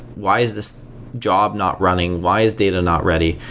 why is this job not running? why is data not ready?